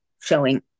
showing